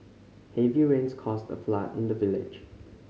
heavy rains caused a flood in the village